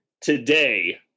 today